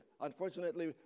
Unfortunately